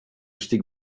estic